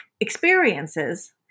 experiences